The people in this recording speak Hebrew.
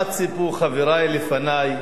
מה ציפו חברי לפני?